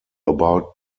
about